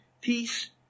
Peace